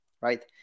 right